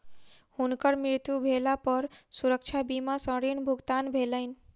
हुनकर मृत्यु भेला पर सुरक्षा बीमा सॅ ऋण भुगतान भेलैन